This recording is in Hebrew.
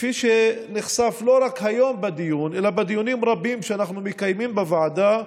כפי שנחשף לא רק היום בדיון אלא בדיונים רבים שאנו מקיימים בוועדה,